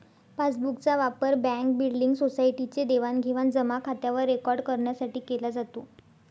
passbook चा वापर bank, building, society चे देवाणघेवाण जमा खात्यावर रेकॉर्ड करण्यासाठी केला जातो